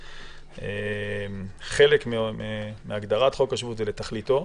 שזה חלק מהגדרת חוק השבות ולתכליתו,